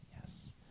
Yes